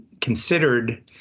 considered